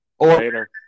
Later